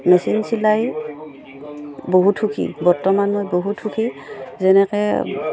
machine চিলাই বহুত সুখী বৰ্তমানত বহুত সুখী যেনেকৈ